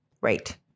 Right